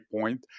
point